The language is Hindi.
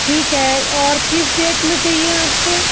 ठीक है और किस डेट में चाहिए आपको